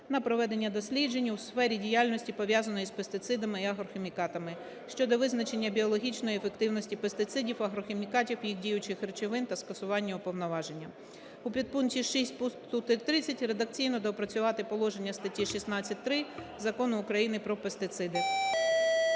на проведення досліджень у сфері діяльності, пов'язаної з пестицидами і агрохімікатами щодо визначення біологічної ефективності пестицидів, агрохімікатів, їх діючих речовин та скасування уповноваження. У підпункті 6 пункту 3.30 редакційно доопрацювати положення статті 16.3 Закону України про пестициди.